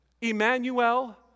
Emmanuel